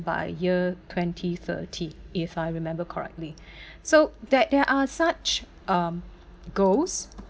by year twenty thirty if I remember correctly so that there are such um goals